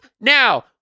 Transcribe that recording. Now